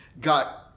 got